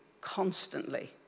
constantly